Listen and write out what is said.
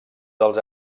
dels